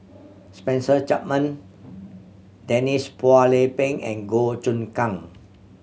Spencer Chapman Denise Phua Lay Peng and Goh Choon Kang